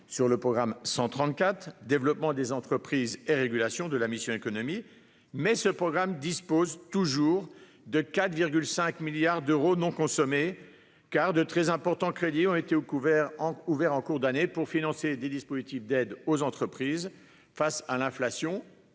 sur le programme 134, « Développement des entreprises et régulations » de la mission « Économie », mais ce programme dispose toujours de 4,5 milliards d'euros non consommés, car de très importants crédits ont été ouverts en cours d'année pour financer les dispositifs d'aide aux entreprises face à l'inflation